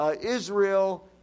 Israel